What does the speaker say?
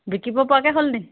বিকিব পৰাকে হ'ল নি